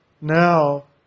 now